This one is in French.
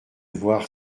voir